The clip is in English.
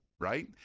right